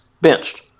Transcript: benched